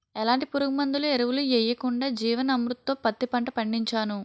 ఎలాంటి పురుగుమందులు, ఎరువులు యెయ్యకుండా జీవన్ అమృత్ తో పత్తి పంట పండించాను